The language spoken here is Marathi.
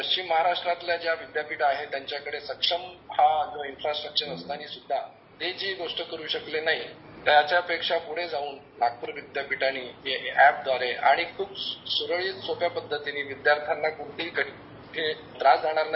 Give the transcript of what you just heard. पश्चिम महाराष्ट्रातल्या जी विद्यापीठे आहेत त्यांच्याकडे सक्षम इंफ्रास्ट्रचर असतांना सुद्धा ते जी गोष्ट करू शकले नाही त्याच्या पेक्षा प्ढे जाऊन नागपूर विद्यापीठाने हे अॅप खुप सुरळीत सोप्या पद्धतीनं विद्याध्यांना त्रास जाणार नाही